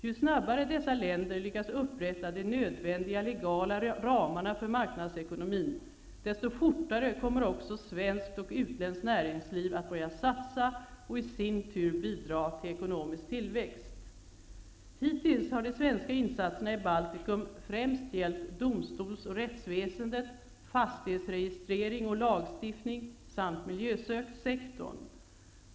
Ju snabbare dessa länder lyckas upprätta de nödvändiga legala ramarna för marknadsekonomin, desto fortare kommer också svenskt och utländskt näringsliv att börja satsa och i sin tur bidra till ekonomisk tillväxt. Hittills har de svenska insatserna i Baltikum främst gällt domstols och rättsväsende, fastighetsregistrering och lagstiftning samt miljösektorn.